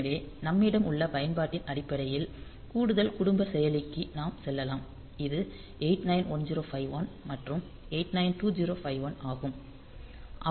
எனவே நம்மிடம் உள்ள பயன்பாட்டின் அடிப்படையில் கூடுதல் குடும்ப செயலிக்கு நாம் செல்லலாம் இது 891051 மற்றும் 892051 ஆகும்